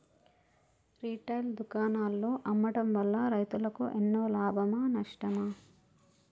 Retail దుకాణాల్లో అమ్మడం వల్ల రైతులకు ఎన్నో లాభమా నష్టమా?